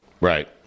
Right